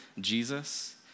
Jesus